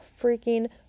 freaking